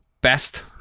best